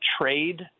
trade